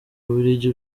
bubiligi